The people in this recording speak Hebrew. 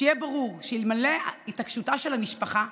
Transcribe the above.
שיהיה ברור שאלמלא התעקשותה של המשפחה,